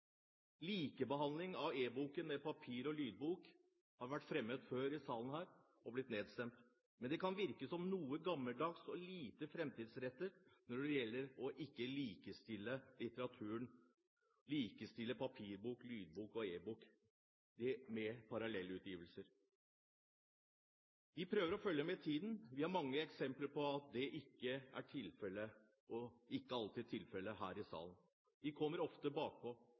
likebehandling av e-boken med papir- og lydboken har vært fremmet før i salen her og blitt nedstemt. Men det kan virke som noe gammeldags og lite framtidsrettet ikke å likestille litteraturen – likestille papirbok, lydbok og e-bok med parallelle utgivelser. Vi prøver å følge med i tiden, men vi har mange eksempler på at det ikke alltid er tilfellet her i salen. Vi kommer ofte bakpå, og i